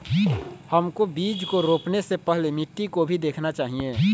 हमको बीज को रोपने से पहले मिट्टी को भी देखना चाहिए?